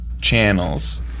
channels